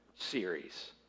series